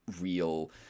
real